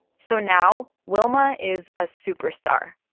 so now wilma is a superstar.